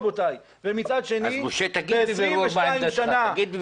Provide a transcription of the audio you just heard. הוועדה הזו בסוף תכריע,